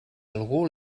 algú